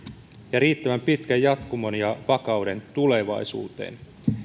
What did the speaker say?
ja riittävän pitkän jatkumon ja vakauden tulevaisuuteen